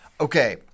Okay